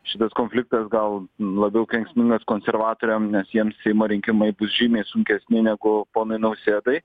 šitas konfliktas gal labiau kenksmingas konservatoriam nes jiems seimo rinkimai bus žymiai sunkesni negu ponui nausėdai